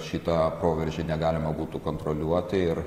šitą proveržį negalima būtų kontroliuoti ir